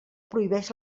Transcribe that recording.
prohibeix